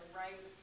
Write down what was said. right